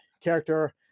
character